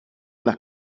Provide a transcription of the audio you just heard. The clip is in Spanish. las